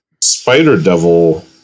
Spider-Devil